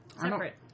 separate